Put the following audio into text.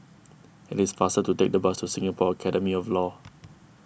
it is faster to take the bus to Singapore Academy of Law